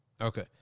Okay